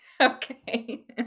Okay